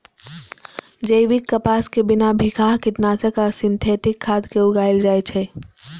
जैविक कपास कें बिना बिखाह कीटनाशक आ सिंथेटिक खाद के उगाएल जाए छै